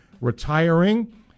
retiring